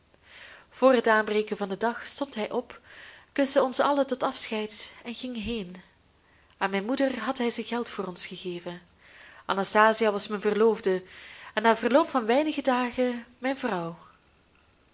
voor het aanbreken van den dag stond hij op kuste ons allen tot afscheid en ging heen aan mijn moeder had hij zijn geld voor ons gegeven anastasia was mijn verloofde en na verloop van weinige dagen mijn vrouw